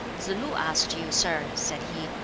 tsz-lu asked you, sir, said he,